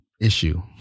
issue